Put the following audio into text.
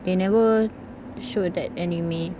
they never show that anime